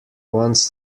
wants